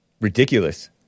Ridiculous